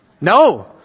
no